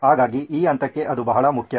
ಹಾಗಾಗಿ ಈ ಹಂತಕ್ಕೆ ಅದು ಬಹಳ ಮುಖ್ಯ